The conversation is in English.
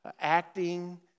acting